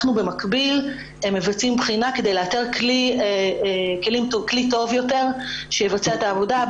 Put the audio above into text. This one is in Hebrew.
במקביל אנחנו מבצעים בחינה כדי לאתר כלי טוב יותר שיבצע את העבודה.